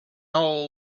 all